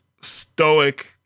stoic